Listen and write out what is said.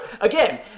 again